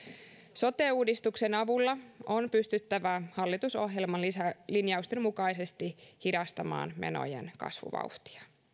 sote uudistuksen avulla on pystyttävä hallitusohjelman linjausten mukaisesti hidastamaan menojen kasvuvauhtia